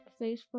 Facebook